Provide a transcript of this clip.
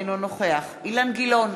אינו נוכח אילן גילאון,